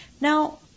Now